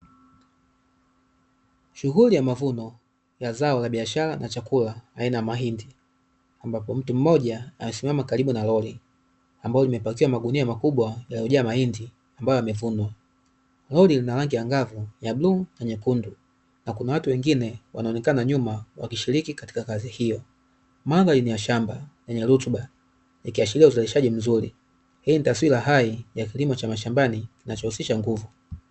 Shughuli ya mavuno ya zao la biashara na chakula aina ya mahindi ambapo mtu mmoja amesimama karibu na lori ambalo limepakia magunia makubwa yaliyojaa mahindi ambayo yamevunwa, lori lina rangi angavu ya bluu na nyekundu na kuna watu wengine wanaonekana nyuma wakishiriki katika kazi hiyo. Mandhari ni ya shamba lenye rutuba likiashiria uzalishaji mzuri, hii ni taswira hai ya kilimo cha mashambani kinachohusisha nguvu.